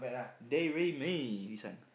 dairy me this one